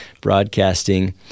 Broadcasting